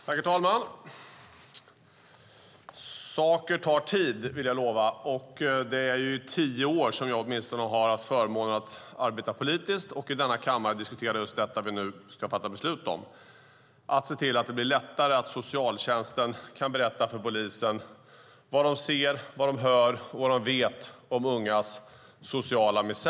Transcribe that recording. Herr talman! Saker tar tid, vill jag lova. Det är i åtminstone tio år som jag har haft förmånen att arbeta politiskt och i denna kammare diskutera det som vi nu ska fatta beslut om - att se till att det blir lättare att socialtjänsten kan berätta för polisen vad de ser, vad de hör och vad de vet om ungas sociala misär.